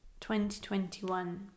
2021